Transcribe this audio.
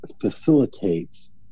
facilitates